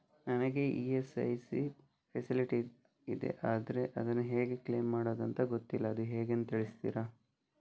ನನಗೆ ESIC facility ಇದೆ ಆದ್ರೆ ಅದನ್ನು ಹೇಗೆ ಕ್ಲೇಮ್ ಮಾಡೋದು ಅಂತ ಗೊತ್ತಿಲ್ಲ ಅದು ಹೇಗೆಂದು ತಿಳಿಸ್ತೀರಾ?